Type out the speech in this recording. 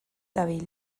dabil